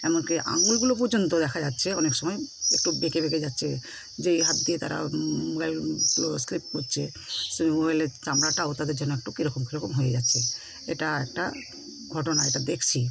এমনকি আঙুলগুলো পর্যন্ত দেখা যাচ্ছে অনেক সময় একটু বেঁকে বেঁকে যাচ্ছে যেই হাত দিয়ে তারা মোবাইলগুলো স্লিপ করছে সেই মোবাইলের চামড়াটাও তাদের যেন একটু কিরকম কিরকম হয়ে যাচ্ছে এটা একটা ঘটনা এটা দেখছি